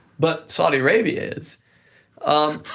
but saudi arabia is. um